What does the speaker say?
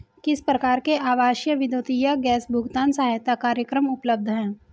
किस प्रकार के आवासीय विद्युत या गैस भुगतान सहायता कार्यक्रम उपलब्ध हैं?